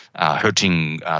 hurting